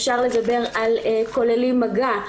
אפשר לדבר על כוללים מגע,